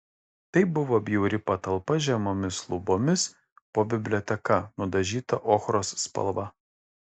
tai buvo bjauri patalpa žemomis lubomis po biblioteka nudažyta ochros spalva